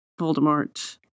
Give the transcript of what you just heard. Voldemort